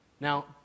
Now